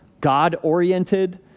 God-oriented